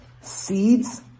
seeds